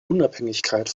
unabhängigkeit